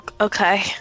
okay